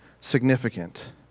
significant